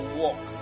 walk